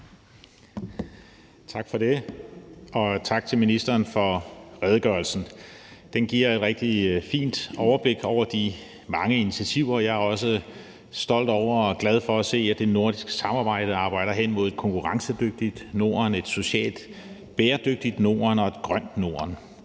Tak for det, og tak til ministeren for redegørelsen. Den giver et rigtig fint overblik over de mange initiativer, og jeg er også stolt over og glad for at se, at det nordiske samarbejde arbejder hen mod et konkurrencedygtigt Norden, et socialt bæredygtigt Norden og et grønt Norden.